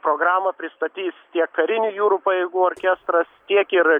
programą pristatys tiek karinių jūrų pajėgų orkestras tiek ir